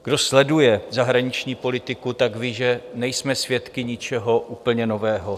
Kdo sleduje zahraniční politiku, tak ví, že nejsme svědky ničeho úplně nového.